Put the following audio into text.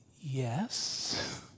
yes